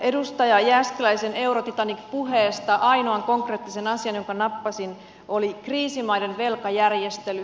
edustaja jääskeläisen euro titanic puheesta ainoa konkreettinen asia jonka nappasin oli kriisimaiden velkajärjestely